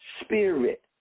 spirit